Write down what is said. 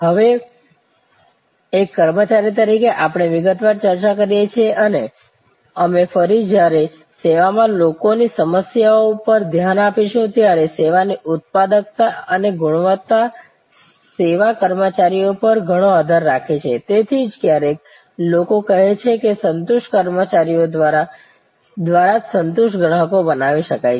હવે એક કર્મચારી તરીકે આપણે વિગતવાર ચર્ચા કરી છે અને અમે ફરી જ્યારે સેવામાં લોકોની સમસ્યાઓ પર ધ્યાન આપીશું ત્યારે સેવાની ઉત્પાદકતા અને ગુણવત્તા સેવા કર્મચારીઓ પર ઘણો આધાર રાખે છે તેથી જ ક્યારેક લોકો કહે છે કે સંતુષ્ટ કર્મચારીઓ દ્વારા જ સંતુષ્ટ ગ્રાહકો બનાવી શકાય છે